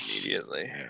immediately